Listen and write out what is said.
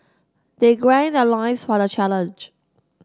they greed their loins for the challenge